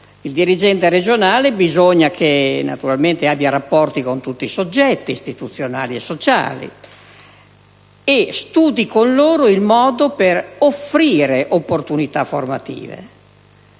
il dirigente regionale deve avere rapporti con tutti i soggetti istituzionali e sociali e studiare con loro il modo per offrire opportunità formative.